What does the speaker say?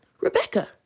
Rebecca